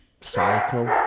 cycle